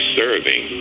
serving